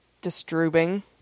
disturbing